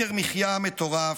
יוקר מחיה מטורף,